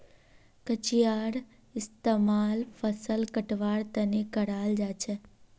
कचियार इस्तेमाल फसल कटवार तने कराल जाछेक